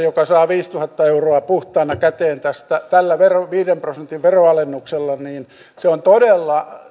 joka saa viisituhatta euroa puhtaana käteen tällä viiden prosentin veronalennuksella on todella